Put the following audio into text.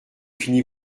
fini